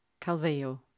Calveo